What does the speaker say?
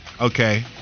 okay